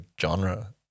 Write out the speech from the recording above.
genre